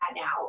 now